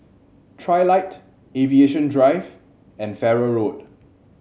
trilight Aviation Drive and Farrer Road